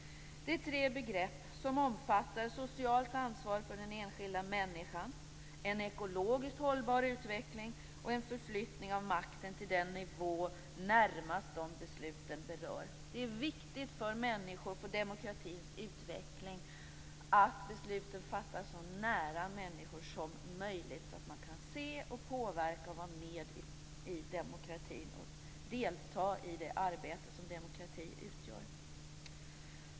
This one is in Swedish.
Det är tre begrepp som omfattar ett socialt ansvar för den enskilda människan, en ekologiskt hållbar utveckling och en förflyttning av makten till en nivå närmast dem som besluten berör. Det är viktigt för människor och för demokratins utveckling att besluten fattas så nära människor som möjligt, så att man kan se, påverka, vara med i demokratin och delta i det arbete som demokrati utgör.